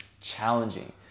challenging